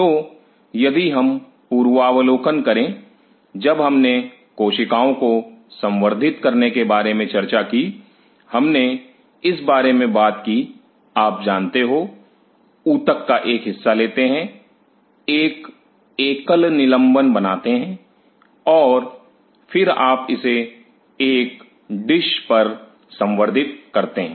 तो यदि हम पूर्वावालोकन करें जब हमने कोशिकाओं को संवर्धित करने के बारे में चर्चा की हमने इस बारे में बात की आप जानते हो ऊतक का एक हिस्सा लेते हैं एक एकल निलंबन बनाते हैं और फिर आप इसे एक डिश पर संवर्धित करते हैं